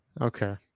Okay